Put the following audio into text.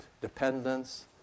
dependence